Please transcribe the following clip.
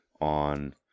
on